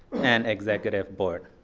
and executive board.